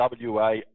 WA